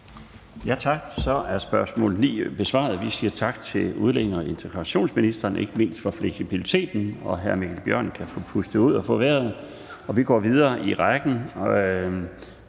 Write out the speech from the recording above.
Tak. Så er spørgsmål 9 besvaret, og vi siger tak til udlændinge- og integrationsministeren, ikke mindst for fleksibiliteten, og hr. Mikkel Bjørn kan få pustet ud og få vejret. Vi går videre i spørgerækken